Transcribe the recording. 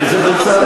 איזו ביצה,